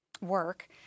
work